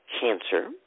cancer